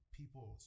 people